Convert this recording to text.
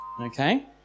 Okay